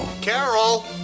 Carol